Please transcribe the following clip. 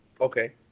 Okay